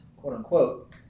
quote-unquote